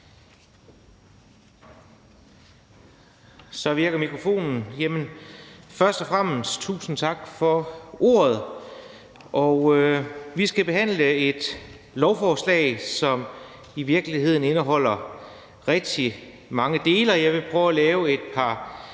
Så virker mikrofonen! Først og fremmest tusind tak for ordet. Vi skal behandle et lovforslag, som i virkeligheden indeholder rigtig mange dele, og jeg vil prøve at komme med et par